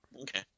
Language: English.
Okay